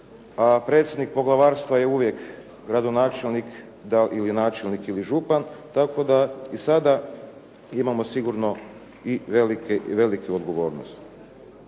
a predsjednik poglavarstva je uvijek gradonačelnik ili načelnik ili župan, tako da i sada imamo sigurno i veliku odgovornost.